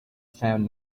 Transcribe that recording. found